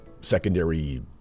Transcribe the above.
secondary